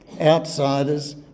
outsiders